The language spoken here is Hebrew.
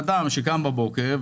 אדם שקם בבוקר,